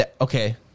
okay